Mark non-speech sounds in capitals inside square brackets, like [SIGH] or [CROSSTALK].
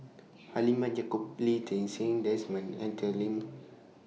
[NOISE] Halimah Yacob Lee Ti Seng Desmond and Arthur Lim